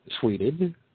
tweeted